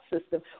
system